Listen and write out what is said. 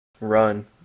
Run